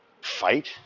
...fight